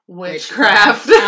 witchcraft